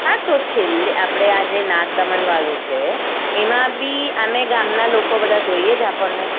હા તો છેલ્લે આપણે આ જે નાગદમન વાળું છે એમાં બી આમેય ગામના લોકો બધાં જોઈએ જ આપણને